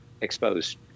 exposed